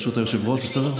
ברשות היושב-ראש.